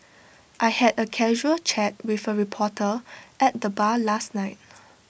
I had A casual chat with A reporter at the bar last night